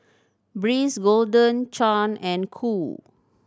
Breeze Golden Churn and Qoo